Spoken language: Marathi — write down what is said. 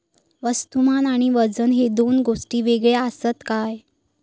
वस्तुमान आणि वजन हे दोन गोष्टी वेगळे आसत काय?